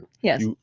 Yes